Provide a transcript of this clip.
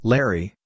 Larry